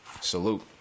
Salute